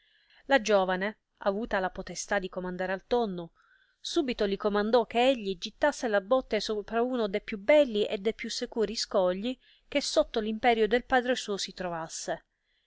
la giovane avuta la potestà di comandare al tonno subito li comandò che egli gittasse la botte sopra uno de più belli e più securi scogli che sotto l'imperio del padre suo si trovasse